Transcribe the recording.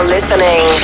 listening